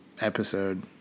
episode